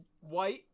white